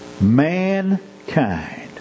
Mankind